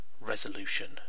resolution